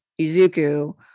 izuku